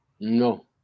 No